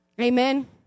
Amen